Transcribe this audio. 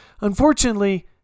Unfortunately